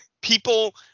people